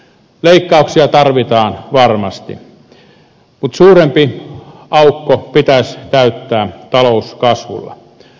leikkauksia tarvitaan varmasti mutta suurempi aukko pitäisi täyttää talouskasvulla